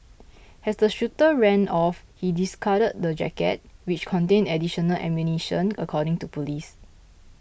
as the shooter ran off he discarded the jacket which contained additional ammunition according to police